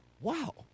wow